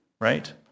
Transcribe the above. right